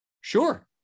Sure